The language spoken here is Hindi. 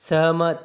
सहमत